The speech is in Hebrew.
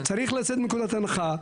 צריך לצאת מנקודת הנחה,